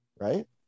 Right